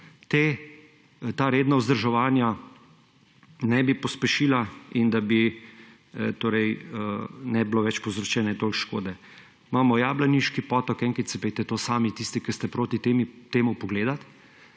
se ta redna vzdrževanja ne bi pospešila in da ne bi bilo več povzročene toliko škode. Imamo Jablaniški potok. Enkrat si pojdite to sami, tisti, ki ste proti temu, pogledat,